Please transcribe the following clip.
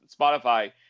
Spotify